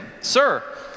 Sir